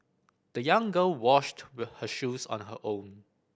the young girl washed her shoes on her own